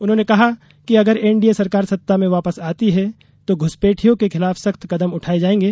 उन्होंने कहा कि अगर एनडीए सरकार सत्ता में वापस आती है तो घुसपैठियों के खिलाफ सख्त कदम उठाएं जाएंगे